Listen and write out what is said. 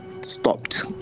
stopped